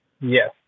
Yes